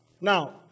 Now